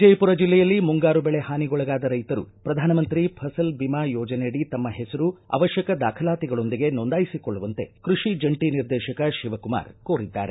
ವಿಜಯಪುರ ಜಿಲ್ಲೆಯಲ್ಲಿ ಮುಂಗಾರು ಬೆಳೆ ಹಾನಿಗೊಳಗಾದ ರೈತರು ಪ್ರಧಾನಮಂತ್ರಿ ಫಸಲ್ ಬಿಮಾ ಯೋಜನೆಯಡಿ ತಮ್ಮ ಹೆಸರು ಅವಶ್ಯಕ ದಾಖಲಾತಿಗಳೊಂದಿಗೆ ನೊಂದಾಯಿಸಿಕೊಳ್ಳುವಂತೆ ಕೃಷಿ ಜಂಟಿ ನಿರ್ದೇಶಕ ಶಿವಕುಮಾರ್ ಕೋರಿದ್ದಾರೆ